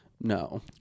No